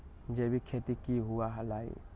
जैविक खेती की हुआ लाई?